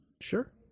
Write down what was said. Sure